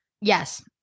Yes